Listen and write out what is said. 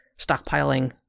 stockpiling